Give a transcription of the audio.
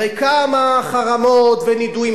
הרי כמה חרמות ונידויים,